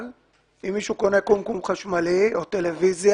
אם מישהו קונה קומקום חשמלי או טלוויזיה,